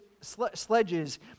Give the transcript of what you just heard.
sledges